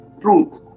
truth